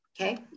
Okay